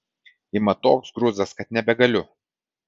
ima toks grūzas kad nebegaliu